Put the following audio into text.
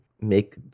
make